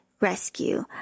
rescue